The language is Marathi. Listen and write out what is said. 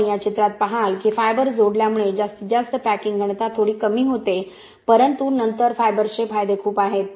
आपण या चित्रात पहाल की फायबर जोडल्यामुळे जास्तीत जास्त पॅकिंग घनता थोडी कमी होते परंतु नंतर फायबर्सचे फायदे खूप आहेत